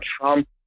Trump